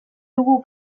dugu